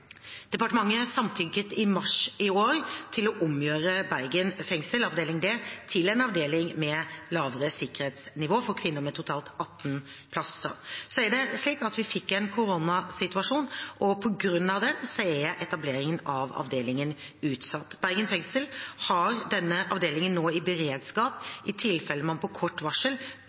Departementet samtykket i mars i år til å omgjøre Bergen fengsel avdeling D til en avdeling med lavere sikkerhetsnivå for kvinner med totalt 18 plasser. Så er det slik at vi fikk en koronasituasjon, og på grunn av den er etableringen av avdelingen utsatt. Bergen fengsel har nå denne avdelingen i beredskap i tilfelle man på kort varsel